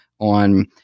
on